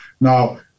Now